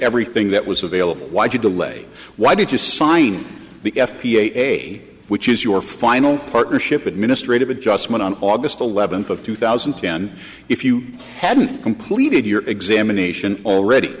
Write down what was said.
everything that was available why do you delay why did you sign the f p a which is your final partnership administrative adjustment on august eleventh of two thousand and ten if you hadn't completed your examination already